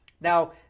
Now